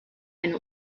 eine